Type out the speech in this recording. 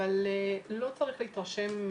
אבל לא צריך להתרשם,